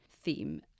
theme